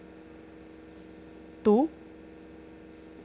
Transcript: two